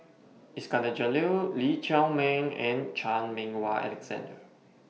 Iskandar Jalil Lee Chiaw Meng and Chan Meng Wah Alexander